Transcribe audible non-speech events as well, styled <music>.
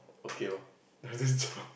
okay lor I just jumped <laughs>